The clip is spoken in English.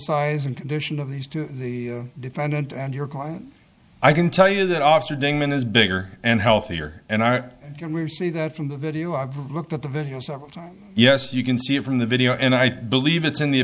size and condition of these two the defendant and your client i can tell you that officer damon is bigger and healthier and i can see that from the video i've looked at the videos of yes you can see it from the video and i believe it's in the